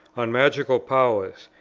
on magical powers,